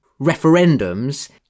referendums